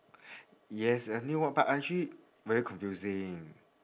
yes uh new one but actually very confusing